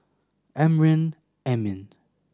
Amrin Amin